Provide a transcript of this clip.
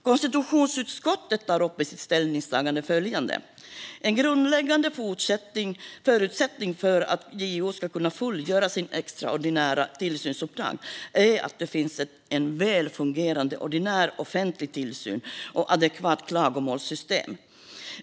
Konstitutionsutskottet tar upp följande i sitt ställningstagande: "En grundläggande förutsättning för att JO ska kunna fullgöra sitt extraordinära tillsynsuppdrag . är att det finns en välfungerande ordinär offentlig tillsyn och ett adekvat klagomålssystem."